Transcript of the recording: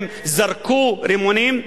הם זרקו רימונים,